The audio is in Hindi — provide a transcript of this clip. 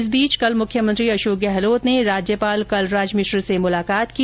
इस बीच कल मुख्यमंत्री अशोक गहलोत ने राज्यपाल कलराज मिश्र से मुलाकात की